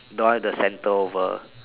door the centre over